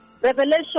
Revelation